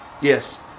Yes